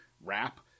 wrap